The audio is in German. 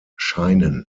scheinen